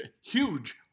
huge